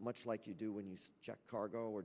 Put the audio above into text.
much like you do when you check cargo